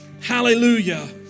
Hallelujah